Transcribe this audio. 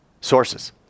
sources